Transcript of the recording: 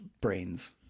brains